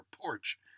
porch